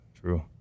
true